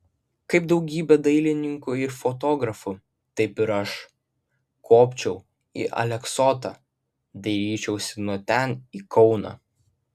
kaip daugybė dailininkų ir fotografų taip ir aš kopčiau į aleksotą dairyčiausi nuo ten į kauną